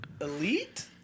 elite